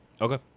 Okay